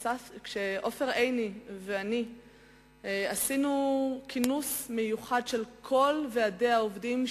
כאשר עופר עיני ואני עשינו כינוס מיוחד של כל ועדי העובדים,